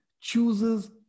chooses